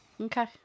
Okay